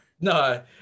no